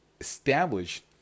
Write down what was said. established